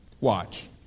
Watch